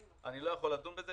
אני לא יכול לדון בזה,